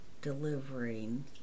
delivering